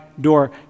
door